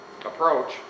approach